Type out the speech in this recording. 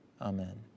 Amen